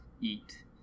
eat